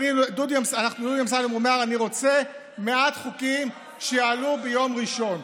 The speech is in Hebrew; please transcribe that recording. דודי אמסלם אומר: אני רוצה מעט חוקים שיעלו ביום ראשון,